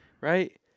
Right